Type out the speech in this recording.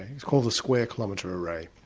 it's called the square kilometre array.